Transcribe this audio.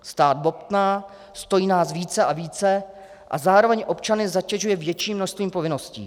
Stát bobtná, stojí nás více a více a zároveň občany zatěžuje větším množstvím povinností.